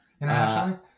internationally